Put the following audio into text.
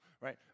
right